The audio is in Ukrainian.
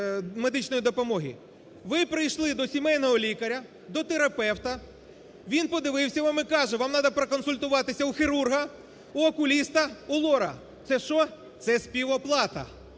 Ви прийшли до сімейного лікаря – до терапевта він подивився вам і каже, вам треба проконсультуватися у хірурга, в окуліста, в лора. Це що? Це - співоплата.